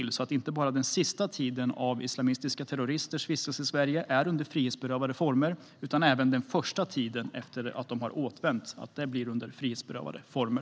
På det sättet skulle inte bara den sista tiden av islamistiska terroristers vistelse i Sverige vara under frihetsberövade former, utan även den första tiden efter ett återvändande skulle vara under frihetsberövade former.